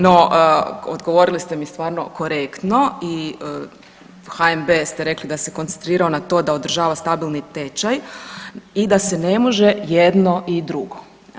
No, odgovorili ste mi stvarno korektno i HNB ste rekli da se koncentrirao na to da održava stabilni tečaj i da se ne može jedno i drugo.